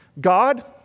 God